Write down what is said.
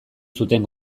zuten